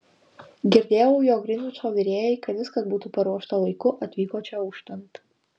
girdėjau jog grinvičo virėjai kad viskas būtų paruošta laiku atvyko čia auštant